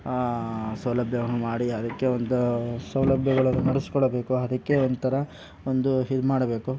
ಸೌಲಭ್ಯಗಳನ್ನು ಮಾಡಿ ಅದಕ್ಕೆ ಅಂತ ಸೌಲಭ್ಯಗಳನ್ನು ನಡೆಸಿಕೊಡ್ಬೇಕು ಅದಕ್ಕೆ ಒಂಥರ ಒಂದು ಇದು ಮಾಡಬೇಕು